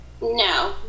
No